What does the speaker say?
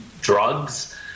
drugs